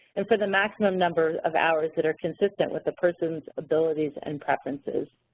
and for the maximum number of hours that are consistent with a person's abilities and preferences.